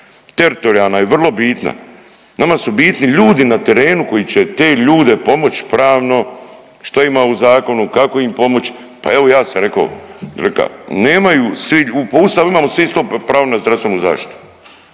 teritorijalna je vrlo bitna. Nama su bitni ljudi na terenu koji će te ljude pomoć pravno što ima u zakonu, kako im pomoć. Pa evo ja sam reka, nemaju svi po Ustavu imamo svi … pravo na zdravstvenu zaštitu,